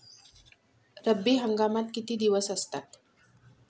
रब्बी हंगामात किती दिवस असतात?